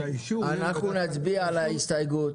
אנחנו נצביע על ההסתייגות,